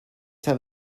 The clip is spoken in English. have